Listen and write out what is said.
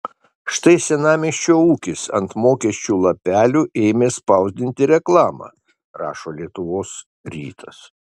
štai senamiesčio ūkis ant mokesčių lapelių ėmė spausdinti reklamą rašo lietuvos rytas